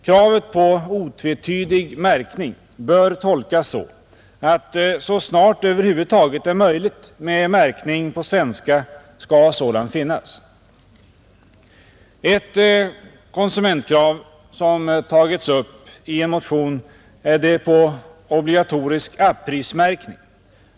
Kravet på otvetydig märkning bör tolkas så att så snart det över huvud taget är möjligt med märkning på svenska skall sådan finnas. Ett konsumentkrav som tagits upp i en motion är det på obligatorisk åpris-märkning.